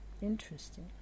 Interesting